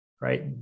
right